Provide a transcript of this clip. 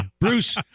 Bruce